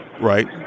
right